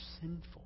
sinful